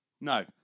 No